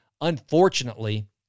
unfortunately